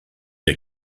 der